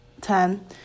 ten